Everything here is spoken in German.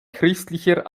christlicher